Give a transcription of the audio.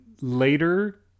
later